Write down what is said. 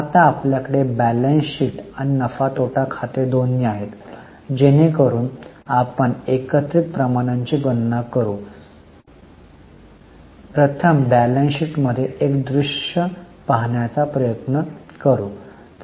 आता आपल्याकडे balance sheet आणि नफा तोटा खाते दोन्ही आहेत जेणेकरून आपण एकत्रित प्रमाणांची गणना करू शकेन आणि प्रथम बॅलन्स शीट मध्ये एक दृष्य पाहण्याचा प्रयत्न करू